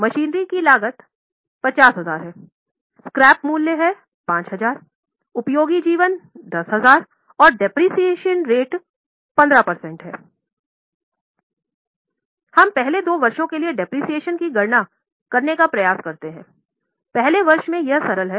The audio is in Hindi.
मशीनरी की लागत 50000 है स्क्रैप मूल्य है 5000 उपयोगी जीवन 10 वर्ष है और मूल्यह्रास दर की गणना 15 प्रतिशत है